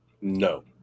No